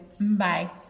Bye